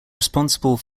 responsible